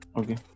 Okay